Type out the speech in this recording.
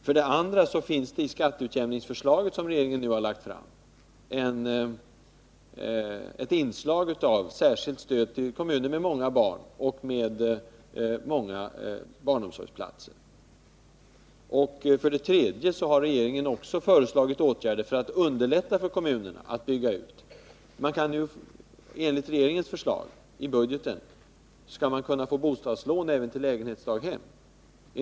För det andra finns i det skatteutjämningsförslag som regeringen har lagt fram ett inslag av särskilt stöd till kommuner med många barn och många barnomsorgsplatser. För det tredje har regeringen föreslagit åtgärder för att underlätta för kommunerna att bygga ut barnomsorgen. Enligt regeringens förslag i budgeten skall man kunna få bostadslån även till lägenhetsdaghem.